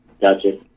Gotcha